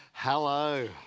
Hello